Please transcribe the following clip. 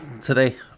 today